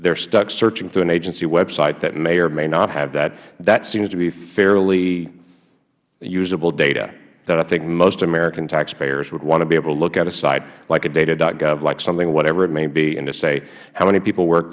they are stuck searching through an agency website that may or may not have that that seems to be fairly usable data that i think most american taxpayers would want to be able to look at a site like a data gov like something whatever it may be and to say how many people work